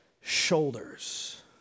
shoulders